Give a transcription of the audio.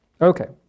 Okay